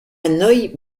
neue